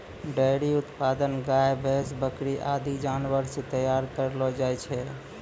dairy उत्पाद गाय, भैंस, बकरी आदि जानवर सें तैयार करलो जाय छै